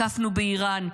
תקפנו באיראן,